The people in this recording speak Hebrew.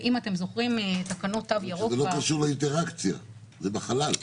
זה לא קשור לאינטראקציה, זה בחלל.